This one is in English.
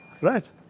Right